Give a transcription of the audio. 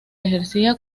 ejercía